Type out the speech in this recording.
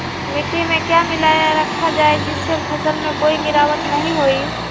मिट्टी में क्या मिलाया रखा जाए जिससे फसल में कोई गिरावट नहीं होई?